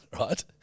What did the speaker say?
right